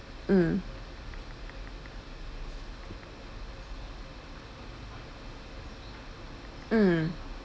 mm mm